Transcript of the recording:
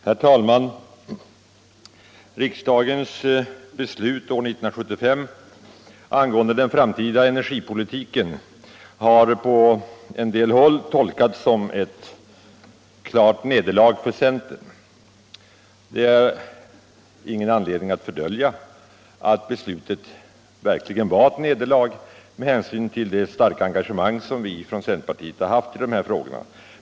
Herr talman! Riksdagens beslut år 1975 angående den framtida energipolitiken har på en del håll tolkats som ett klart nederlag för centern. Det är ingen anledning att fördölja att beslutet verkligen var ett nederlag med hänsyn till det starka engagemang som vi från centerpartiet har haft i de här frågorna.